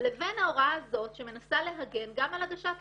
לבין ההוראה הזאת שמנסה להגן גם על הגשת תלונות.